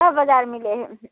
सभ बजार मिलै है